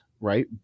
right